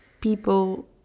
people